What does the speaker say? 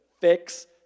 Fix